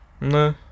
No